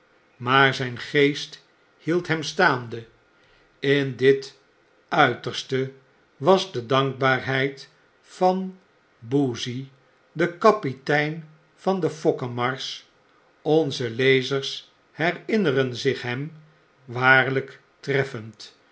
maar zijn geest hield hem staande in dit uiterste was de dankbaarheid van boozey den kapitein van de fokkeraars onze lezers herinneren zich hem waarlgk treffend